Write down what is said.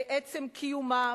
ועצם קיומה,